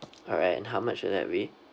alright and how much will that be